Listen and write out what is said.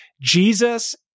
Jesus